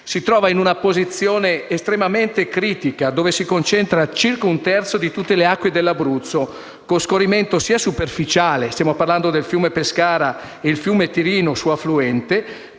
Si trova in una posizione estremamente critica, dove si concentra circa un terzo di tutte le acque dell'Abruzzo, con scorrimento sia superficiale (fiume Pescara e fiume Tirino, suo affluente)